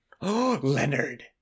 Leonard